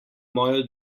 mojo